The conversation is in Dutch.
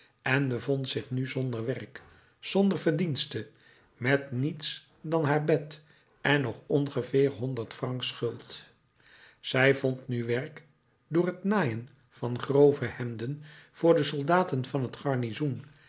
en bevond zich nu zonder werk zonder verdienste met niets dan haar bed en nog ongeveer honderd francs schuld zij vond nu werk door t naaien van grove hemden voor de soldaten van het garnizoen